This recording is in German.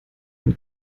ein